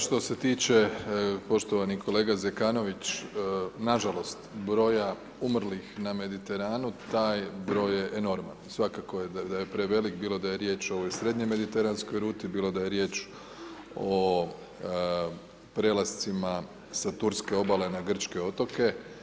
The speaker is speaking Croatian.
Što se tiče, poštovani kolega Zekanović, nažalost broja umrlih na Mediteranu taj broj je enorman, svakako je da je prevelik bilo da je riječ o ovoj srednjoj mediteranskoj ruti, bilo da je riječ o prelascima sa turske obale na grčke otoke.